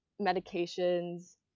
medications